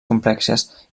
complexes